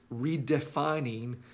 redefining